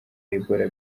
ebola